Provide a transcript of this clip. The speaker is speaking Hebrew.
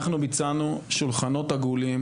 אנחנו ביצענו שולחנות עגולים